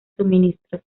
suministros